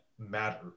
matter